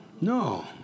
No